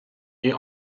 est